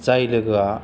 जाय लोगोआ